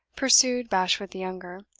pursued bashwood the younger.